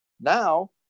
Now